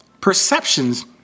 perceptions